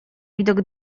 widok